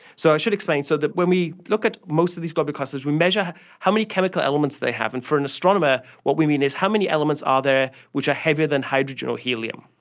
so i should explain, so when we look at most of these globular clusters we measure how many chemical elements they have, and for an astronomer what we mean is how many elements are there which are heavier than hydrogen or helium.